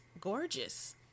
gorgeous